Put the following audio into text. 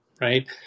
right